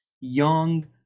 young